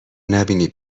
نبینی